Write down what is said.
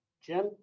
Jim